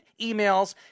emails